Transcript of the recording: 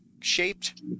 shaped